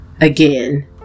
again